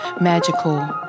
magical